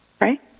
Right